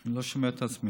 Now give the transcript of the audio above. אני לא שומע את עצמי.